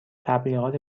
تبلیغات